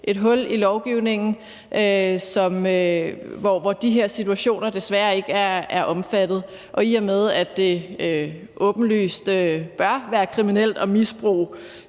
et hul i lovgivningen, hvor de her situationer desværre ikke er omfattet. I og med at det åbenlyst bør være kriminelt at misbruge